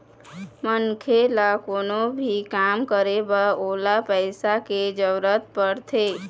मनखे ल कोनो भी काम करे बर ओला पइसा के जरुरत पड़थे